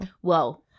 Whoa